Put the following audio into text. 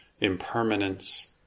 impermanence